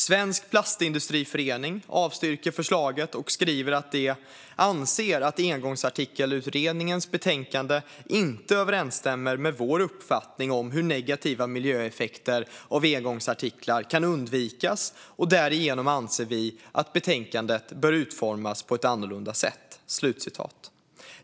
Svensk Plastindustriförening avstyrker förslaget och skriver att man "anser att engångsartikelutredningens betänkande inte överensstämmer med vår uppfattning om hur negativa miljöeffekter av engångsartiklar kan undvikas och därigenom anser vi att betänkandet bör utformas på ett annorlunda sätt".